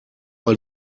mal